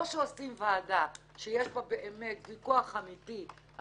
או שעושים ועדה שיש בה באמת ויכוח אמיתי על